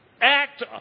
act